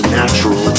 natural